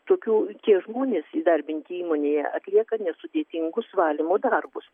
tokių tie žmonės įdarbinti įmonėje atlieka nesudėtingus valymo darbus